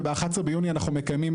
וב-11 ביוני אנחנו מקיימים,